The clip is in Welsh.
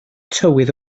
tywydd